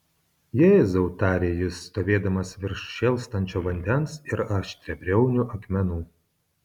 jėzau tarė jis stovėdamas virš šėlstančio vandens ir aštriabriaunių akmenų